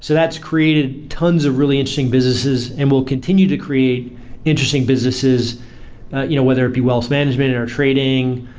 so that's created tons of really interesting businesses and will continue to create interesting businesses you know whether it be wealth management, and or trading,